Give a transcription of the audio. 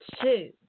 two